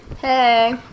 Hey